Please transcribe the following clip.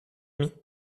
mis